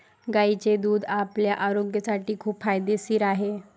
गायीचे दूध आपल्या आरोग्यासाठी खूप फायदेशीर आहे